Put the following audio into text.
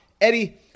Eddie